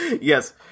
Yes